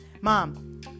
Mom